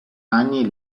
anni